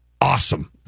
Awesome